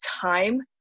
time